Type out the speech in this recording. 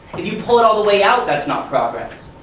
if you pull it all the way out, that's not progress.